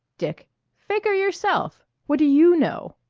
dick faker yourself! what do you know?